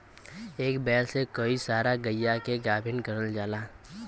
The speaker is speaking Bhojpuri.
एक बैल से कई सारा गइया के गाभिन करल जाला